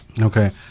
Okay